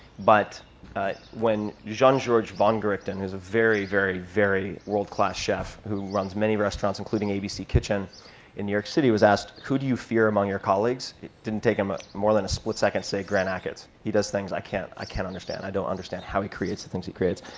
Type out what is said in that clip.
but when jean-georges vongerichten, who's a very, very, very world-class chef, who runs many restaurants including abc kitchen in new york city, was asked, who do you fear among your colleagues, it didn't take him ah more than a split second to say grant achatz. he does things i can't i can't understand. i don't understand how he creates the things he creates.